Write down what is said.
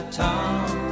talk